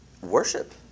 worship